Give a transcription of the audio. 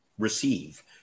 receive